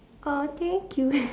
!aww! thank you